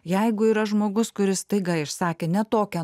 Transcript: jeigu yra žmogus kuris staiga išsakė ne tokią